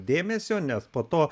dėmesio nes po to